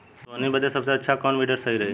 सोहनी बदे सबसे अच्छा कौन वीडर सही रही?